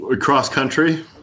Cross-country